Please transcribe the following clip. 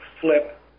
flip